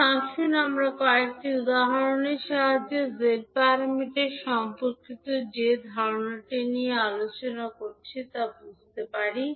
এখন আসুন আমরা কয়েকটি উদাহরণের সাহায্যে z প্যারামিটার সম্পর্কিত যে ধারণাটি নিয়ে আলোচনা করেছি তা বুঝতে পারি